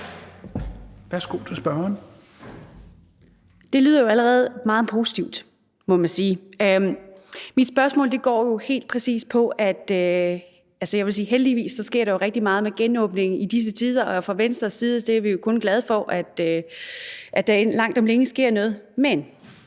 Østergaard (V): Det lyder jo allerede meget positivt, må man sige. Der sker jo heldigvis rigtig meget med genåbningen i disse tider, og fra Venstres side er vi jo kun glade for, at der langt om længe sker noget. Men